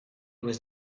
was